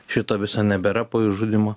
šito viso nebėra po išžudymo